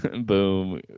Boom